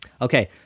Okay